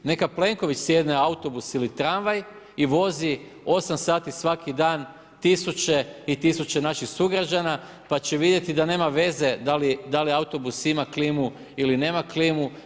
Neka Plenković sjedne u autobus ili tramvaj i vozi 8 sati svaki dan tisuće i tisuće naših sugrađana, pa će vidjeti da nema veze da li autobus ima klimu ili nema klimu.